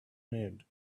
red